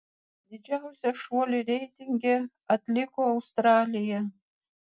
didžiausią šuolį reitinge atliko australija